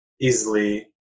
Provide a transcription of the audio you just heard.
easily